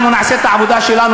אנחנו נעשה את העבודה שלנו.